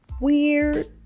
weird